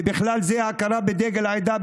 ובכלל זה הכרה בדגל העדה,